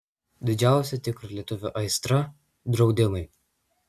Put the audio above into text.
didžiausia tikro lietuvio aistra draudimai